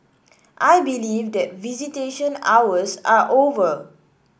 I believe that visitation hours are over